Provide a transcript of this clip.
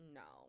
no